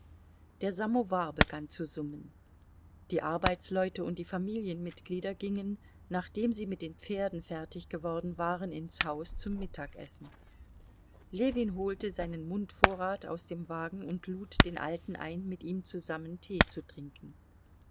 der samowar begann zu summen die arbeitsleute und die familienmitglieder gingen nachdem sie mit den pferden fertig geworden waren ins haus zum mittagessen ljewin holte seinen mundvorrat aus dem wagen und lud den alten ein mit ihm zusammen tee zu trinken